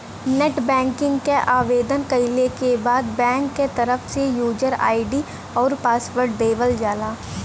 net banking क आवेदन कइले के बाद बैंक क तरफ से यूजर आई.डी आउर पासवर्ड देवल जाला